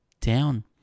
down